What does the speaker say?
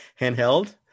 handheld